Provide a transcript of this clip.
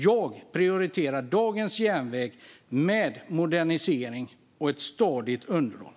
Jag prioriterar dagens järnväg med modernisering och ett stadigt underhåll.